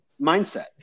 mindset